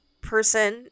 person